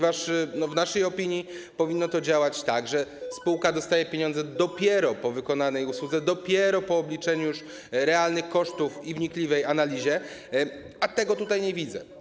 W naszej opinii powinno to działać tak, że spółka dostaje pieniądze dopiero po wykonanej usłudze, dopiero po obliczeniu realnych kosztów i wnikliwej analizie, a tego tutaj nie widzę.